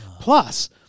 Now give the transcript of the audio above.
Plus